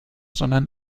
sondern